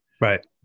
right